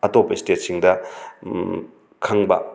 ꯑꯇꯣꯞꯄ ꯏꯁꯇꯦꯠꯁꯤꯡꯗ ꯈꯪꯕ